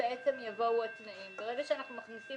שנתקיימו לגביו כל אלה ואחר כך בפרסום